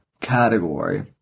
category